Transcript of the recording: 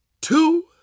two